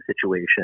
situation